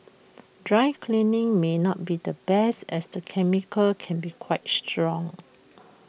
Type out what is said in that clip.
dry cleaning may not be the best as the chemicals can be quite strong